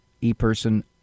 E-Person